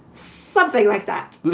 something like that